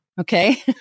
okay